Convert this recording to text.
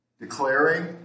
declaring